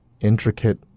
intricate